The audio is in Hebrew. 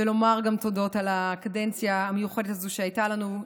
ולומר גם תודות על הקדנציה המיוחדת הזו שהייתה לנו,